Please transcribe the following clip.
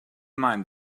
mind